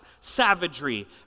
savagery